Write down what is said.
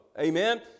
Amen